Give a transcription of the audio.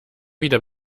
wieder